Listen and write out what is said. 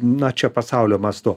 na čia pasaulio mastu